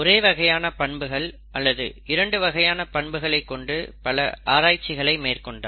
ஒரே வகையான பண்புகள் அல்லது இரண்டு வகையான பண்புகளைக் கொண்டு பல ஆராய்ச்சிகளை மேற்கொண்டார்